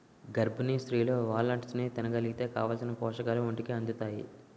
గర్భిణీ స్త్రీలు వాల్నట్స్ని తినగలిగితే కావాలిసిన పోషకాలు ఒంటికి అందుతాయి